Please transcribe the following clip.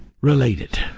related